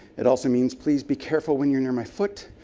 it also means please be careful when you're near my foot.